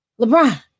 LeBron